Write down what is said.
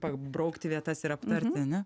pabraukti vietas ir aptarti ane